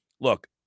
look